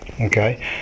okay